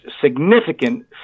significant